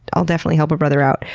i'll definitely help a brother out.